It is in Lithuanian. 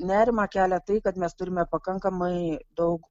nerimą kelia tai kad mes turime pakankamai daug